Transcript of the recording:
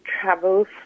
travels